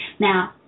Now